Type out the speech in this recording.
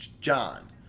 John